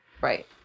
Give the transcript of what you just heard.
Right